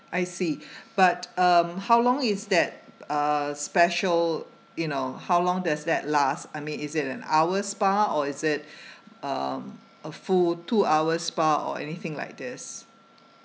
I see but um how long is that uh special you know how long does that last I mean is it an hour spa or is it um a full two hour spa or anything like this